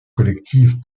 collective